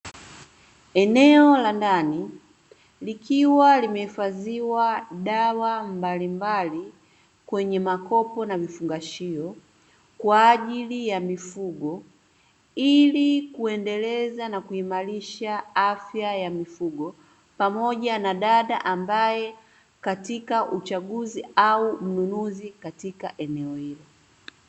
Eneo la ndani likiwa limehifadhiwa dawa mbalimbali kwenye makopo na vifungashio kwa ajili ya mifugo ili kuendeleza na kuimarisha afya ya mifugo pamoja na dada ambaye katika uchaguzi au mnunuzi katika eneo hili.